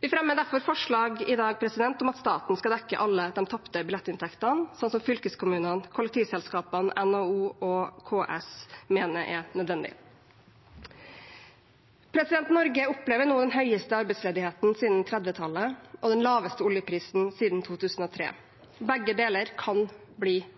Vi fremmer derfor forslag i dag om at staten skal dekke alle de tapte billettinntektene, slik fylkeskommunene, kollektivselskapene, NHO og KS mener er nødvendig. Norge opplever nå den høyeste arbeidsledigheten siden 1930-tallet og den laveste oljeprisen siden 2003. Begge deler kan bli